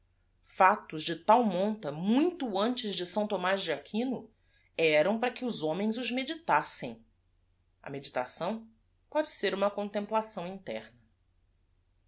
actos de t a l monta muito antes de homaz de quino eram para que os homens os meditassem meditação pode ser uma contemplação interna